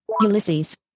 Ulysses